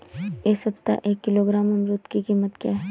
इस सप्ताह एक किलोग्राम अमरूद की कीमत क्या है?